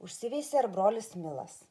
užsiveisė ir brolis milas